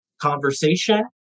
conversation